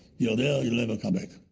you're there, you'll never come back.